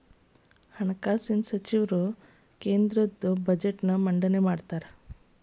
ಹಣಕಾಸಿನ ಸಚಿವರು ಕೇಂದ್ರದ ಬಜೆಟ್ನ್ ಮಂಡನೆ ಮಾಡ್ತಾರಾ